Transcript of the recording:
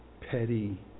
petty